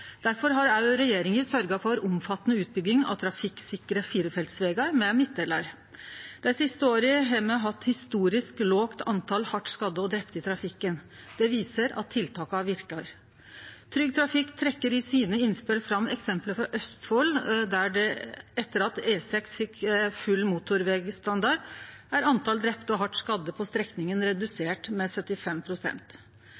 har regjeringa sørgt for omfattande utbygging av trafikksikre firefelts vegar med midtdelar. Dei siste åra har me hatt historisk få hardt skadde og drepne i trafikken. Det viser at tiltaka verkar. Trygg Trafikk trekkjer i sine innspel fram eksempel frå Østfold, der talet på drepne og hardt skadde er redusert med 75 pst. etter at E6 fekk full motorvegstandard